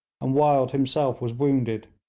and wild himself was wounded.